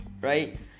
right